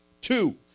Two